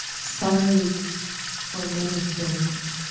sorry for many things.